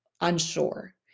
unsure